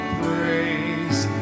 praise